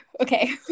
okay